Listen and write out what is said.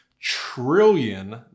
trillion